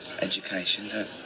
education